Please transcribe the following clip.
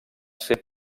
ser